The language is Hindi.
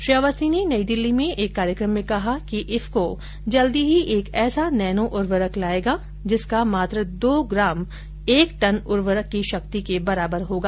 श्री अवस्थी ने नई दिल्ली में एक कार्यक्रम में कहा कि इफको जल्दी ही एक ऐसा नैनो उर्वरक लायेगा जिसका मात्र दो ग्राम एक टन उर्वरक की शक्ति के बराबर होगा